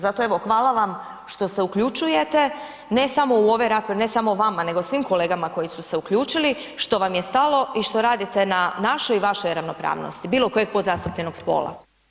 Zato evo hvala vam što se uključujete, ne samo u ove rasprave, ne samo vama nego i svim kolegama koji su se uključili, što vam je stalo i što radite na našoj i vašoj ravnopravnosti bilokojeg podzastupljenog spola.